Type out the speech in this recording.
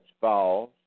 falls